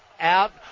out